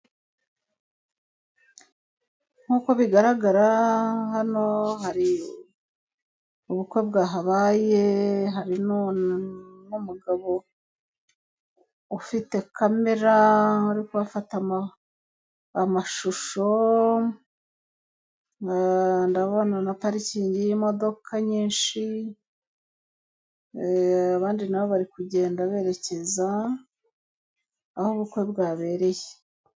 Nk'uko bigaragara hano, hari ubukwe bwahabaye, hari n'umugabo ufite kamera uri kubafata amashusho ndabona na parikingi y'imodoka nyinshi, abandi nabo bari kugenda berekeza aho ubukwe bwabereye.